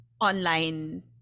online